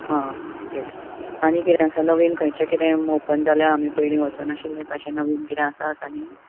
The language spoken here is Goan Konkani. हां ओके आनी कितें आसा नवीन खंयचें कितें ओपन जालां आमी पयलीं वच नाशिल्लें तशें कितें नवीन कितें आसा लागीं